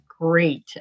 great